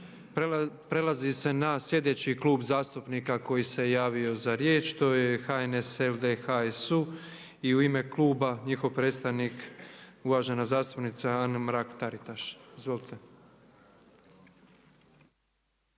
prelazi se na sljedeći Klub zastupnika koji se javio za riječ to je HNS LD HSU i u ime kluba njihov predstavnik uvažena zastupnica Anka Mrak Taritaš. Izvolite.